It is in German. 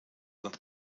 und